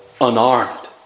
unarmed